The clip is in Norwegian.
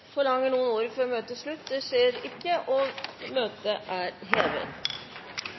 Forlanger noen ordet før møtet heves? – Møtet er hevet.